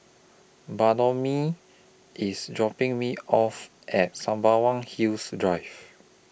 Bartholomew IS dropping Me off At Sembawang Hills Drive